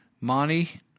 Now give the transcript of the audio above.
Monty